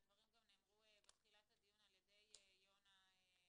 הדברים גם נאמרו בתחילת הדיון על ידי יונה ואני